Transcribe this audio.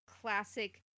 classic